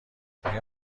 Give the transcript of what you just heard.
آیا